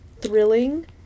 thrilling